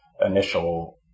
initial